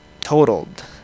totaled